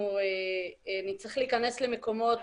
אנחנו נצטרך להיכנס למקומות